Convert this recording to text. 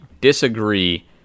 disagree